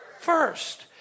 First